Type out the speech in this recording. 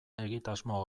egitasmo